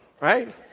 Right